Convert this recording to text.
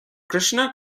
krishna